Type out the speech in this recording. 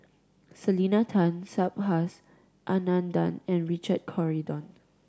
Selena Tan Subhas Anandan and Richard Corridon